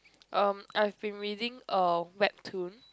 um I've been reading uh Webtoon